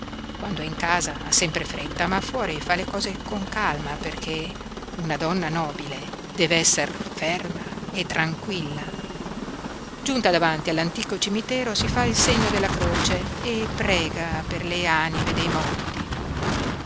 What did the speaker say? quando è in casa ha sempre fretta ma fuori fa le cose con calma perché una donna nobile dev'essere ferma e tranquilla giunta davanti all'antico cimitero si fa il segno della croce e prega per le anime dei morti